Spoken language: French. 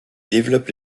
développe